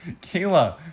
kayla